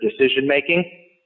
decision-making